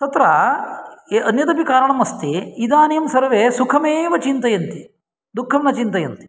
तत्र अन्यदपि कारणम् अस्ति इदानीं सर्वे सुखमेव चिन्तयन्ति दुःखं न चिन्तयन्ति